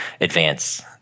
advance